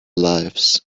lives